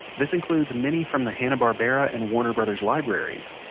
this includes many from the hanna-barbera and warner brothers' libraries.